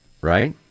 right